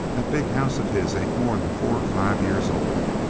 that big house of his ain't more'n four or five years old.